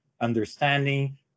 understanding